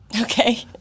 Okay